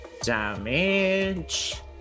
damage